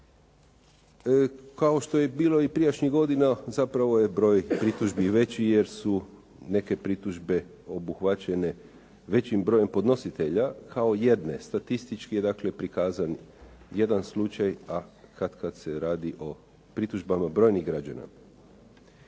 Kao što je bilo i prijašnjih godina zapravo je broj pritužbi veći jer su neke pritužbe obuhvaćene većim brojem podnositelja kao jedne, statistički je dakle prikazan jedan slučaj a katkad se radi o pritužbama brojnih građana.